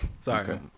Sorry